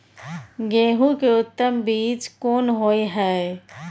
गेहूं के उत्तम बीज कोन होय है?